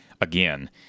again